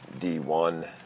D1